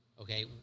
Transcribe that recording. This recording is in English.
okay